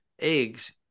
eggs